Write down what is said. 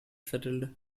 settled